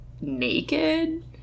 naked